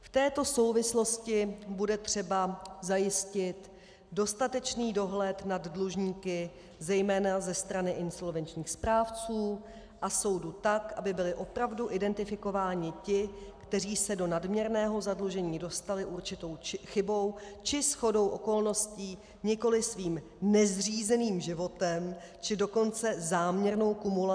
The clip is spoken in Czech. V této souvislosti bude třeba zajistit dostatečný dohled nad dlužníky zejména ze strany insolvenčních správců a soudů tak, aby byli opravdu identifikováni ti, kteří se do nadměrného zadlužení dostali určitou chybou či shodou okolností, nikoliv svým nezřízeným životem, či dokonce záměrnou kumulací dluhů.